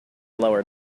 lower